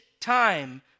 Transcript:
time